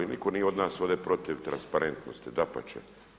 Nitko nije od nas ovdje protiv transparentnosti, dapače.